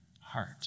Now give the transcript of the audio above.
heart